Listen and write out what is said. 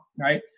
right